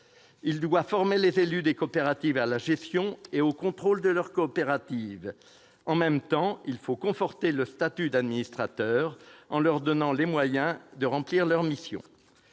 de mieux former les élus des coopératives à la gestion et au contrôle de leurs coopératives ; de conforter le statut des administrateurs, en leur donnant les moyens de remplir leurs missions.